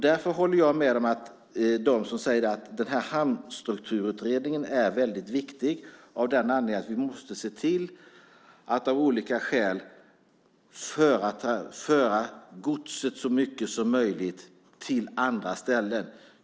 Därför håller jag med dem som säger att Hamnstrategiutredningen är väldigt viktig av den anledningen att vi måste se till att av olika skäl föra godset till andra ställen i så stor utsträckning som möjligt.